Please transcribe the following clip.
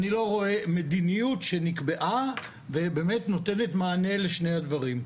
אני לא רואה מדיניות שנקבעה ובאמת נותנת מענה לשני הדברים.